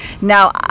Now